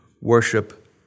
worship